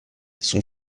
son